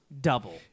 double